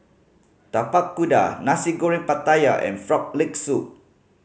Tapak Kuda Nasi Goreng Pattaya and Frog Leg Soup